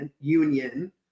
union